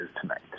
tonight